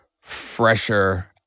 fresher